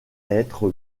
être